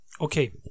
okay